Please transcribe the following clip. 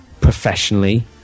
professionally